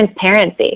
transparency